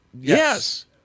Yes